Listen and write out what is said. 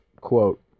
quote